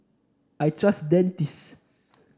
I trust Dentiste